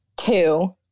two